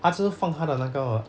她是放她的那个